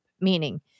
Meaning